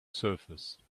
surface